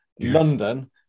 London